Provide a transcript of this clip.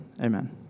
amen